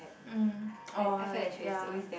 mm or like ya